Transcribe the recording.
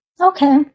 Okay